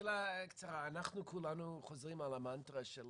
שאלה קצרה: אנחנו כולנו חוזרים על המנטרה של